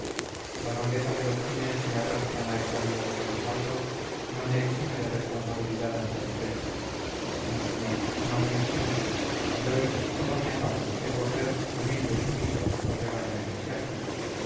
la nobleza de los fines que me arrastraron a esta vida de sobresalto no me exime de responsabilidad ante el clero no señor no me exime y hoy todo mi afán es volver humilde y sumiso al rebaño eclesiástico